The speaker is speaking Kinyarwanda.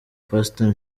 pasteur